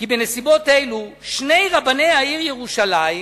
היא כי בנסיבות אלו שני רבני העיר ירושלים,